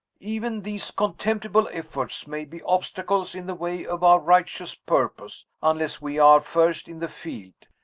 even these contemptible efforts may be obstacles in the way of our righteous purpose, unless we are first in the field.